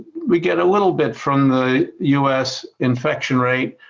we get a little bit from the u s. infection rate,